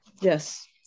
yes